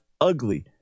ugly